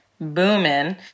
booming